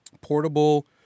Portable